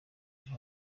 ejo